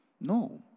No